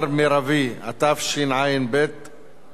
התשע"ב 2012,